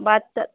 বাচ্চা